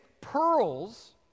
pearls